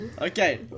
Okay